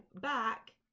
back